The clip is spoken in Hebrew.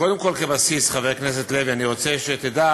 קודם כול, כבסיס, חבר הכנסת לוי, אני רוצה שתדע,